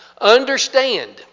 Understand